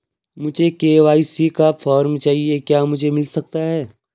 मुझे के.वाई.सी का फॉर्म चाहिए क्या मुझे मिल सकता है?